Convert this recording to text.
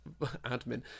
Admin